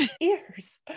ears